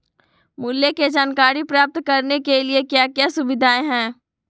मूल्य के जानकारी प्राप्त करने के लिए क्या क्या सुविधाएं है?